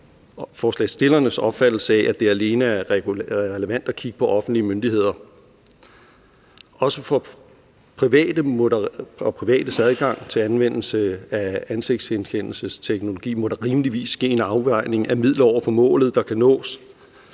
forslagsstillernes opfattelse af, at det alene er relevant at kigge på offentlige myndigheder. Der må også for privates adgang til anvendelse af ansigtsgenkendelsesteknologi rimeligvis ske en afvejning af midlet over for målet, der kan nås.